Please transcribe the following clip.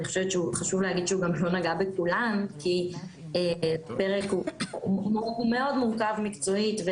חשוב להגיד שהוא לא נגע בכולן כי הפרק מאוד מורכב מקצועית,